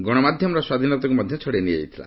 ଗଣମାଧ୍ୟମର ସ୍ୱାଧୀନତାକୁ ମଧ୍ୟ ଛଡ଼ାଇ ନିଆଯାଇଥିଲା